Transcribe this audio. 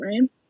Right